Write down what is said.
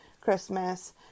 Christmas